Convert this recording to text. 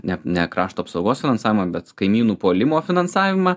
ne ne krašto apsaugos finansavimą bet kaimynų puolimo finansavimą